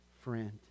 Friend